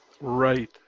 Right